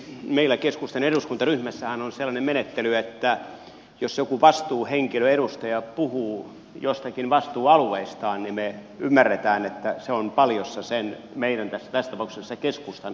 meillä keskustan eduskuntaryhmässähän on sellainen menettely että jos joku vastuuhenkilö edustaja puhuu jostakin vastuualueestaan niin me ymmärrämme että se on paljossa sen meidän tässä tapauksessa keskustan eduskuntaryhmän kanta